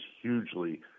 hugely